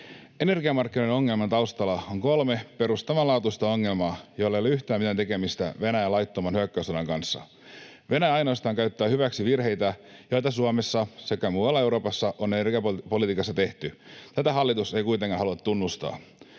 Energiamarkkinoiden ongelmien taustalla on kolme perustavanlaatuista ongelmaa, joilla ei ole yhtään mitään tekemistä Venäjän laittoman hyökkäyssodan kanssa. Venäjä ainoastaan käyttää hyväksi virheitä, joita Suomessa sekä muualla Euroopassa on energiapolitiikassa tehty. Tätä hallitus ei kuitenkaan halua tunnustaa.